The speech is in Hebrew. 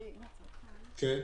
כן.